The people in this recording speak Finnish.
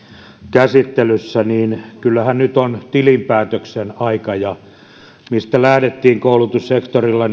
käsittelyssä niin kyllähän nyt on tilinpäätöksen aika ja ei se mistä lähdettiin koulutussektorilla